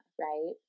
right